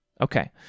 Okay